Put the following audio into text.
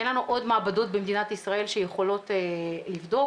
אין לנו עוד מעבדות במדינת ישראל שיכולות לבדוק.